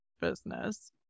business